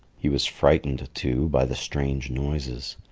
he was frightened too by the strange noises,